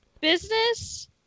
business